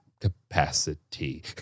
capacity